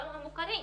גם המוכרים,